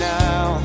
now